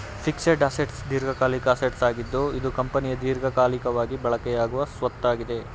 fixed assets ದೀರ್ಘಕಾಲಿಕ assets ಆಗಿದ್ದು ಇದು ಕಂಪನಿಯ ದೀರ್ಘಕಾಲಿಕವಾಗಿ ಬಳಕೆಯಾಗುವ ಸ್ವತ್ತಾಗಿದೆ